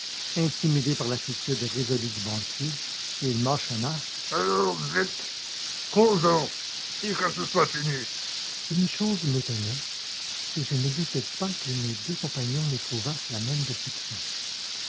intimidé par l'attitude résolue du banquier et il mâchonna alors vite causons et que ce soit fini une chose m'étonnait et je ne doutais pas que mes deux compagnons n'éprouvassent la même déception